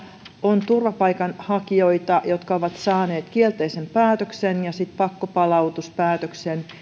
on turvapaikanhakijoita jotka ovat saaneet kielteisen päätöksen ja sitten pakkopalautuspäätöksen ja heidät